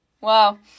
wow